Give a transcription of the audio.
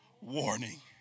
Warning